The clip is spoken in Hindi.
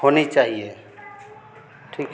होनी चाहिए ठीक है